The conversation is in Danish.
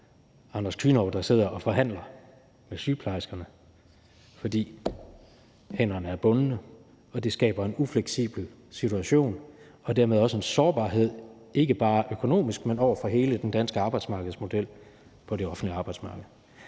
Anders Kühnau, der sidder og forhandler med sygeplejerskerne, fordi hænderne er bundne, og det skaber en ufleksibel situation og dermed også en sårbarhed, ikke bare økonomisk, men over for hele den danske arbejdsmarkedsmodel på det offentlige arbejdsmarked.